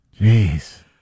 Jeez